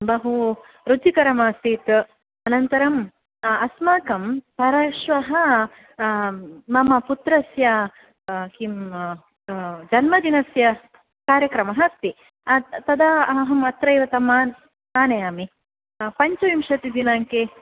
बहु रुचिकरमासीत् अनन्तरम् अस्माकं परश्वः मम पुत्रस्य किं जन्मदिनस्य कार्यक्रमः अस्ति तदा अहम् अत्रैव तमहं आनयामि पञ्चविंशति दिनाङ्के